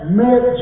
met